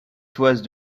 toises